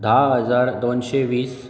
धा हजार दोनशें वीस